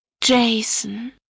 Jason